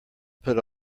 put